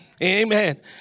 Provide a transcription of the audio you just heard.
Amen